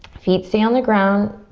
feet stay on the ground.